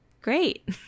Great